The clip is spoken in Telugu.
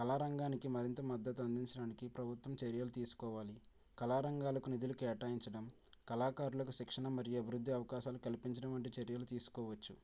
కళా రంగానికి మరింత మద్దతు అందించడానికి ప్రభుత్వం చర్యలు తీసుకోవాలి కళా రంగాలకు నిధులు కేటాయించడం కళాకారులకు శిక్షణ మరియు అభివృద్ధి అవకాశాలు కల్పించడం వంటి చర్యలు తీసుకోవచ్చు